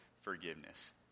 forgiveness